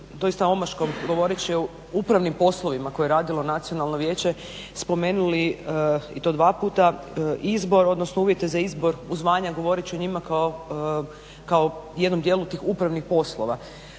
doista omaškom govoreći o upravnim poslovima koje je radilo Nacionalno vijeće spomenuli i to dva puta izbor, odnosno uvjete za izbor u zvanja. Govorit ću o njima kao jednom dijelu tih upravnih poslova.